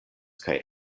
kaj